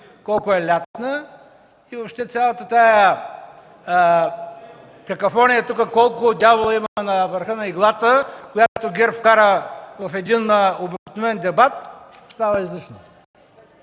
колко е лятна и въобще цялата тази какафония тука – колко дявола има на върха на иглата, която ГЕРБ вкара в един обикновен дебат, става излишна.